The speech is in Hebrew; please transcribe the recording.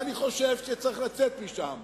ואני חושב שצריך לצאת משם.